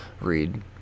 read